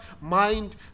mind